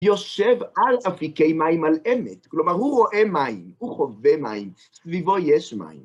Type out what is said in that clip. יושב על אפיקי מים על אמת, כלומר הוא רואה מים, הוא חווה מים, סביבו יש מים.